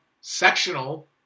sectional